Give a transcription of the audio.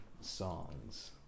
songs